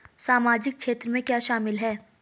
सामाजिक क्षेत्र में क्या शामिल है?